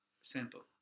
simple